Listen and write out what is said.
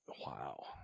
wow